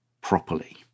properly